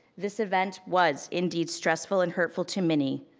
this event was indeed stressful and hurtful to many.